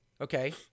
okay